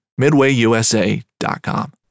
midwayusa.com